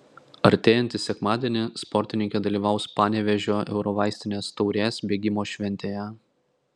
artėjantį sekmadienį sportininkė dalyvaus panevėžio eurovaistinės taurės bėgimo šventėje